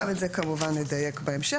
גם את זה כמובן נדייק בהמשך.